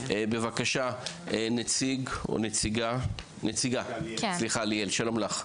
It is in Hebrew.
בבקשה נציגה ליאל, שלום לך.